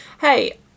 hey